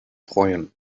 freuen